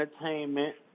entertainment